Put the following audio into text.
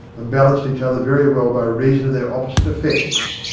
and balanced each other very well by reason of their opposite effects.